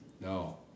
No